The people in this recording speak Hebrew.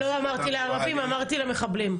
לא אמרתי לערבים, אמרתי למחבלים.